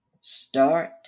start